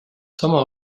sama